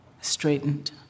straightened